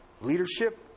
leadership